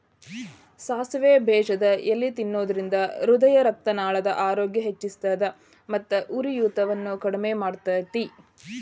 ಸಾಸಿವೆ ಬೇಜದ ಎಲಿ ತಿನ್ನೋದ್ರಿಂದ ಹೃದಯರಕ್ತನಾಳದ ಆರೋಗ್ಯ ಹೆಚ್ಹಿಸ್ತದ ಮತ್ತ ಉರಿಯೂತವನ್ನು ಕಡಿಮಿ ಮಾಡ್ತೆತಿ